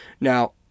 Now